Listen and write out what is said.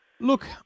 Look